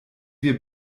wir